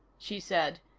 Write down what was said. she said.